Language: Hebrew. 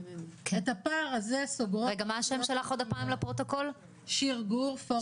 את הפער הזה סוגרות --- את רוצה רגע להגיד משהו